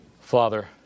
father